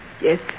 Yes